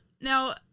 Now